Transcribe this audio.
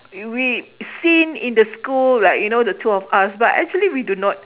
we seen in the school like you know the two of us but actually we do not